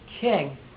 king